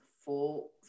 full